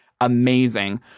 amazing